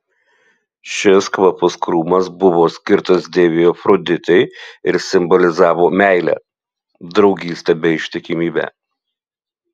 šis kvapus krūmas buvo skirtas deivei afroditei ir simbolizavo meilę draugystę bei ištikimybę